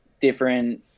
different